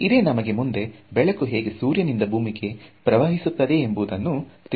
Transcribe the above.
ಇದೇ ನಮಗೆ ಮುಂದೆ ಬೆಳಕು ಹೇಗೆ ಸೂರ್ಯನಿಂದ ಭೂಮಿಗೆ ಪ್ರವಹಿಸುತ್ತದೆ ಎಂಬುದನ್ನು ತಿಳಿಸಿಕೊಡುತ್ತದೆ